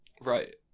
Right